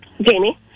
Jamie